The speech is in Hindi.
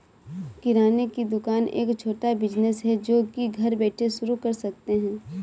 किराने की दुकान एक छोटा बिज़नेस है जो की घर बैठे शुरू कर सकते है